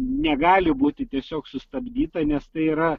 negali būti tiesiog sustabdyta nes tai yra